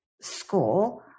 school